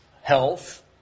health